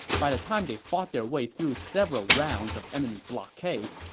by the time they fought their way through several rounds of enemy blockades,